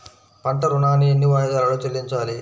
పంట ఋణాన్ని ఎన్ని వాయిదాలలో చెల్లించాలి?